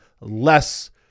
less